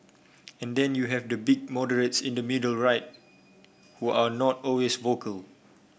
and then you have the big moderates in the middle right who are not always vocal